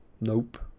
Nope